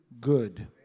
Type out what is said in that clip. good